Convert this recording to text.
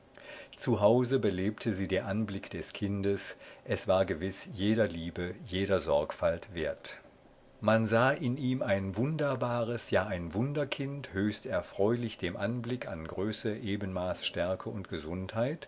zu hause belebte sie der anblick des kindes es war gewiß jeder liebe jeder sorgfalt wert man sah in ihm ein wunderbares ja ein wunderkind höchst erfreulich dem anblick an größe ebenmaß stärke und gesundheit